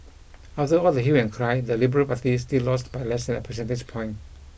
after all the hue and cry the liberal party still lost by less than a percentage point